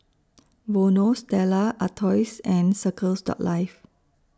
Vono Stella Artois and Circles Life